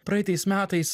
praeitais metais